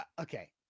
Okay